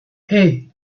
hey